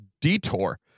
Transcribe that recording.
detour